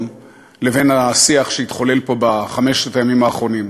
לבין השיח שהתחולל פה בחמשת הימים האחרונים,